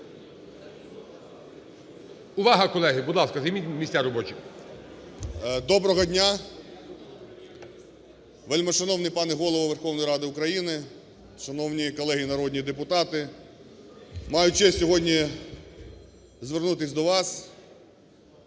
Доброго дня! Вельмишановний пане Голово Верховної Ради України! Шановні колеги народні депутати! Маю честь сьогодні звернутись до вас